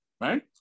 Right